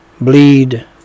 bleed